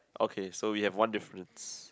okay so we have one difference